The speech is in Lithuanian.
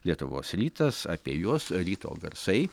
lietuvos rytas apie juos ryto garsai